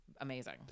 amazing